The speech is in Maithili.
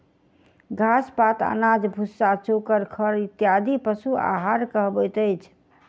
घास, पात, अनाज, भुस्सा, चोकर, खड़ इत्यादि पशु आहार कहबैत अछि